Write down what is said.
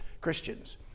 Christians